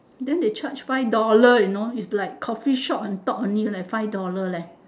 then they charge five dollar you know is like coffee shop and talk is like five dollar leh